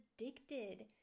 addicted